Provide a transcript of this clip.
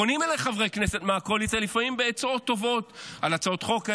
פונים אליי חברי כנסת מהקואליציה לפעמים בהצעות טובות על הצעות חוק,